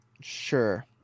Sure